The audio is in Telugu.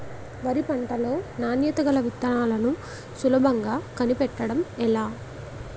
వరి పంట లో నాణ్యత గల విత్తనాలను సులభంగా కనిపెట్టడం ఎలా?